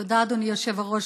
תודה, אדוני היושב-ראש.